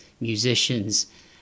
musicians